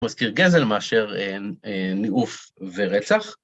מזכיר גזל מאשר ניאוף ורצח.